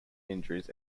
injuries